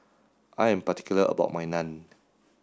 I am particular about my Naan